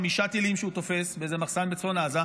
חמישה טילים שהוא תופס באיזה מחסן בצפון עזה,